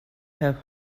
have